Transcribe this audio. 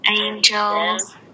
angels